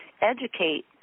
educate